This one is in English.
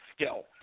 skill